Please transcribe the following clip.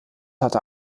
hatte